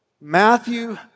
Matthew